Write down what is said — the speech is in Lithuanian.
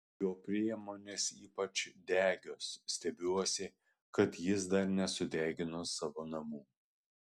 jo priemonės ypač degios stebiuosi kad jis dar nesudegino savo namų